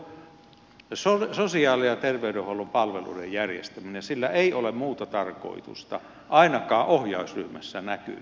tämän perustarkoitus on sosiaali ja terveydenhuollon palveluiden järjestäminen ja sillä ei ole muuta tarkoitusta ainakaan ohjausryhmässä näkynyt